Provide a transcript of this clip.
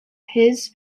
his